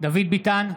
דוד ביטן,